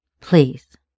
Please